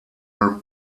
are